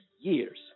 years